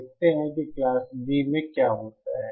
देखते हैं कि क्लास B में क्या होता है